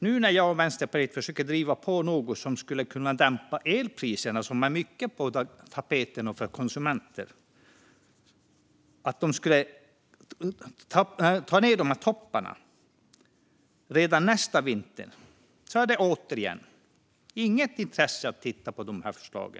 Nu när jag och Vänsterpartiet försöker driva på något som skulle kunna dämpa elpriserna - som är mycket på tapeten för konsumenterna - och få ned dessa toppar redan nästa vinter finns det återigen inte något intresse att titta på dessa förslag.